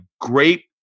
great